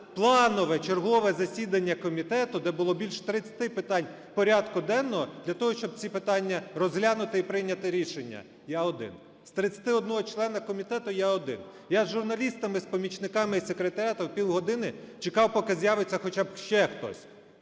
планове чергове засідання комітету, де було більше 30 питань порядку денного для того, щоб ці питання розглянути і прийняти рішення? Я один! З 31 члена комітету я один! Я з журналістами, з помічниками із секретаріату півгодини чекав, поки з'явиться хоча б ще хтось.